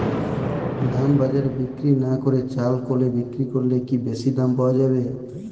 ধান বাজারে বিক্রি না করে চাল কলে বিক্রি করলে কি বেশী দাম পাওয়া যাবে?